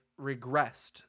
regressed